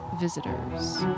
visitors